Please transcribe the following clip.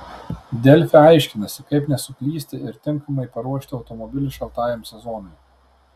delfi aiškinasi kaip nesuklysti ir tinkamai paruošti automobilį šaltajam sezonui